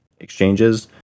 exchanges